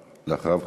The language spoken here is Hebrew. ואחריו,